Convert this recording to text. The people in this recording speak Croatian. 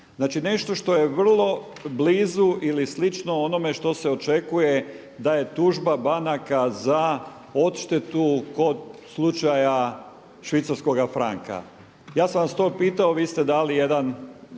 nešto što je vrlo blizu ili slično onome što se očekuje da je tužba banaka za odštetu kod slučaja švicarskoga franka. Ja sam vas to pitao, vi ste dali jedan